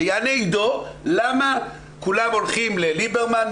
שיענה עידו למה כולם הולכים לליברמן,